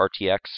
RTX